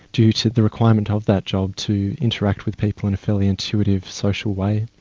due to the requirement of that job to interact with people in a fairly intuitive social way.